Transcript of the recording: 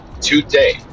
Today